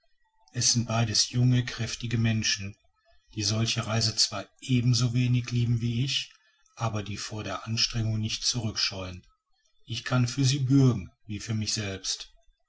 es sind beides junge kräftige menschen die solche reise zwar ebenso wenig lieben wie ich aber die vor der anstrengung nicht zurückscheuen ich kann für sie bürgen wie für mich selbst